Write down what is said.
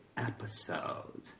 episode